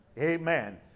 amen